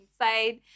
inside